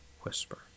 whisper